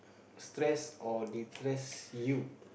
stress or destress you